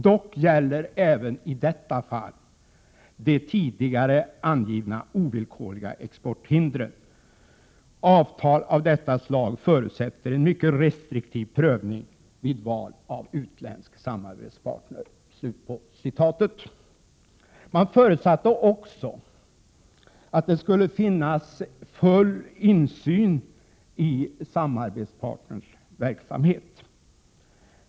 Dock gäller även i detta fall de tidigare angivna ovillkorliga exporthindren. Avtal av detta slag förutsätter en mycket restriktiv prövning vid val av utländsk samarbetspartner.” Man förutsatte också att det skulle finnas full insyn i samarbetspartnerns verksamhet.